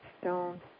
stone